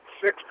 six